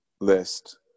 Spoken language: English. list